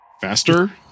Faster